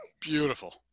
Beautiful